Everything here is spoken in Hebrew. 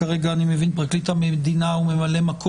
כרגע אני מבין שפרקליט המדינה הוא ממלא-מקום